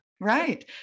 Right